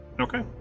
Okay